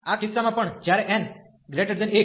આ કિસ્સામાં પણ જ્યારે n 1